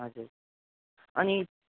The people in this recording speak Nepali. हजुर अनि